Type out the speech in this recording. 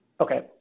Okay